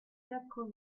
quatre